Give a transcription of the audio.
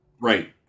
Right